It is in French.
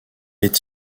est